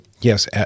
Yes